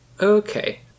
Okay